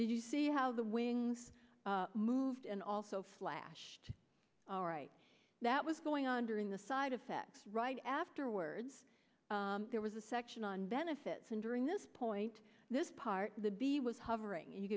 do you see how the wings moved and also flashed right that was going on during the side effects right afterwards there was a section on benefits and during this point this part of the bee was hovering and you